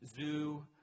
zoo